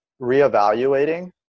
reevaluating